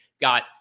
Got